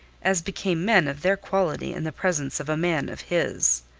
as became men of their quality in the presence of a man of his.